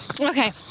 Okay